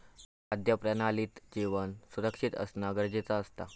खाद्य प्रणालीत जेवण सुरक्षित असना गरजेचा असता